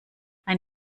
ein